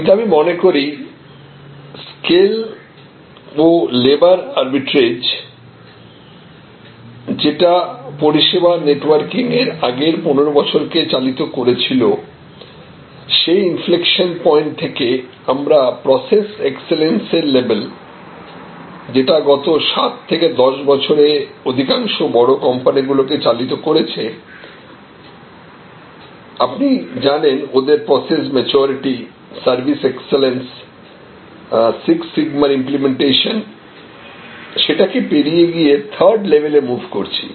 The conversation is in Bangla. কিন্তু আমি মনে করি স্কেল ও লেবার আর্বিট্রেজযেটা পরিষেবা নেটওয়ার্কিংয়ের আগের 15 বছরকে চালিত করেছিল সেই ইনফ্লেকশন পয়েন্ট থেকে আমরা প্রসেস এক্সেলেন্সের লেভেল যেটা গত 7 থেকে 10 বছরে অধিকাংশ বড় কোম্পানিগুলিকে চালিত করেছে আপনি জানেন ওদের প্রসেস ম্যাচিওরিটি সার্ভিস এক্সেলেন্স 6 সিগমার ইমপ্লিমেন্টেশন সেটাকে পেরিয়ে গিয়ে থার্ড লেভেলে মুভ করছি